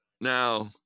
Now